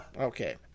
Okay